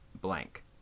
blank